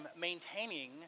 maintaining